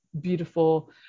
beautiful